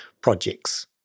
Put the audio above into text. projects